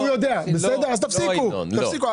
לא, לא ינון.